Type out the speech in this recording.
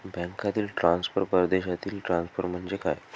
बँकांतील ट्रान्सफर, परदेशातील ट्रान्सफर म्हणजे काय?